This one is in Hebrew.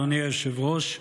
אדוני היושב-ראש,